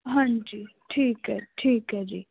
ਹਾਂਜੀ ਠੀਕ ਹੈ ਠੀਕ ਹੈ ਜੀ